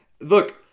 Look